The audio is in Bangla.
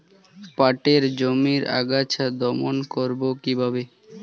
পাটের জমির আগাছা দমন করবো কিভাবে?